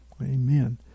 Amen